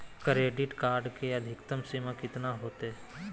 Credit card के अधिकतम सीमा कितना होते?